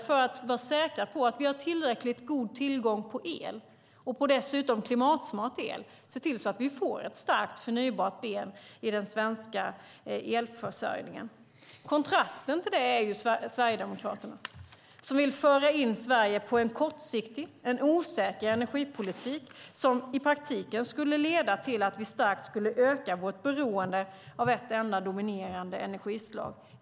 För att vara säkra på att vi har tillräckligt god tillgång på el, och dessutom på klimatsmart el, behöver vi se till att vi får ett starkt förnybart ben i den svenska elförsörjningen. Kontrasten till det är Sverigedemokraterna som vill föra in Sverige på en kortsiktig och osäker energipolitik som i praktiken skulle leda till att vi starkt skulle öka vårt beroende av ett enda dominerande energislag.